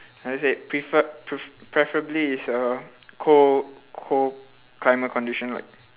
how to say it prefer~ pref~ preferably it's a cold cold climate condition like